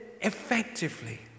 effectively